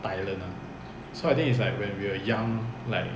thailand ah so I think it's like when we were young